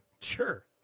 Sure